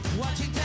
watching